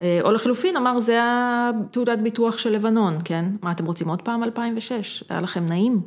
‫או לחילופין, אמר, ‫זה התעודת ביטוח של לבנון, כן? ‫מה, אתם רוצים עוד פעם 2006? ‫זה היה לכם נעים?